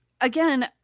again